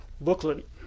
booklet